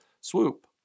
swoop